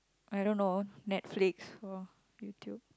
I dunno Netflix or YouTube